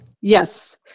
Yes